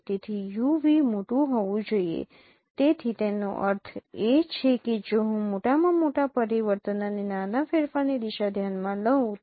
તેથી u v મોટું હોવું જોઈએ તેથી તેનો અર્થ એ છે કે જો હું મોટામાં મોટા પરિવર્તન અને નાના ફેરફારની દિશા ધ્યાનમાં લઉ તો